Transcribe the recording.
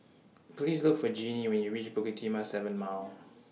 Please Look For Genie when YOU REACH Bukit Timah seven Mile